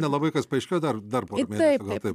nelabai kas paaiškėjo dar dar porą mėnesių gal taip